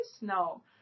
no